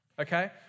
okay